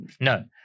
No